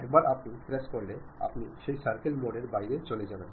একবার আপনি প্রেস করলে আপনি সেই সার্কেল মোডের বাইরে চলে যাবেন